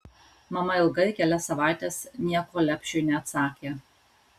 mama ilgai kelias savaites nieko lepšiui neatsakė